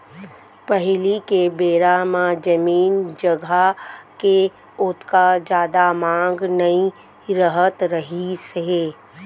पहिली के बेरा म जमीन जघा के ओतका जादा मांग नइ रहत रहिस हे